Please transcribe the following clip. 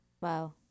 Wow